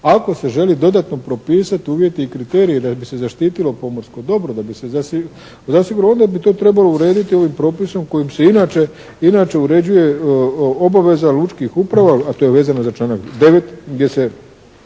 ako se želi dodatno propisati uvjeti i kriteriji da bi se zaštitilo pomorsko dobro, da bi se … /Govornik se ne razumije./ … onda bi to trebalo urediti ovim propisom kojim se inače, inače uređuje obaveza lučkih uprava a to je vezano za članak 9. gdje se